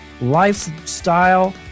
lifestyle